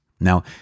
Now